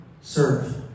serve